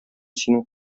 синең